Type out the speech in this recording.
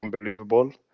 Unbelievable